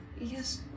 Yes